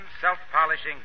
self-polishing